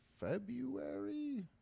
February